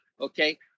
Okay